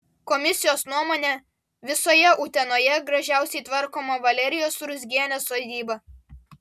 komisijos nuomone visoje utenoje gražiausiai tvarkoma valerijos ruzgienės sodyba